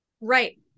Right